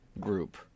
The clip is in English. group